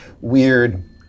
weird